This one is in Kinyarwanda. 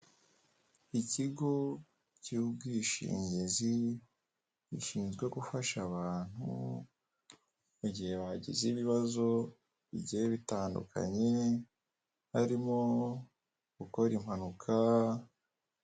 Ikigo cy'ubwishingizi gishinzwe gufasha abantu mu gihe hagize ibibazo bigiye bitandukanye harimo gukora impanuka.